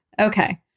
Okay